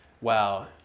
wow